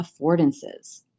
affordances